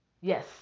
Yes